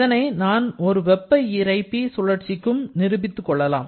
இதனை ஒரு வெப்ப இறைப்பி சுழற்சிக்கும் நிரூபித்துக் கொள்ளலாம்